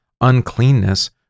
uncleanness